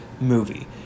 movie